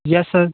yes sir